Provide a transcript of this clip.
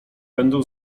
będą